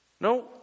No